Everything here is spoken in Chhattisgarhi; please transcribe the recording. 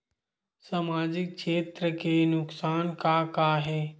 सामाजिक क्षेत्र के नुकसान का का हे?